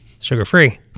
sugar-free